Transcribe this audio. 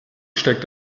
steigt